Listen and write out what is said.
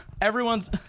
everyone's